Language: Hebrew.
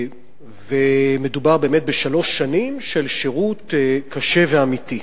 ומדובר באמת בשלוש שנים של שירות קשה ואמיתי.